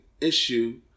issue